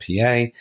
PA